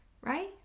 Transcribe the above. Right